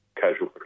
casual